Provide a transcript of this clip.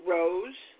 rose